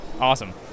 Awesome